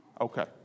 Okay